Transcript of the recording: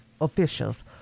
officials